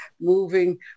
moving